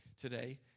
today